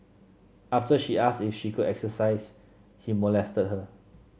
after she asked if she could exercise he molested her